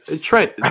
Trent